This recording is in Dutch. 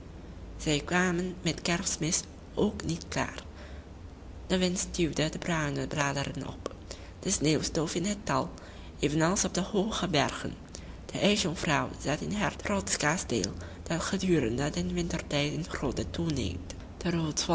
zij kwamen met kerstmis ook niet klaar de wind stuwde de bruine bladeren op de sneeuw stoof in het dal evenals op de hooge bergen de ijsjonkvrouw zat in haar trotsch kasteel dat gedurende den wintertijd in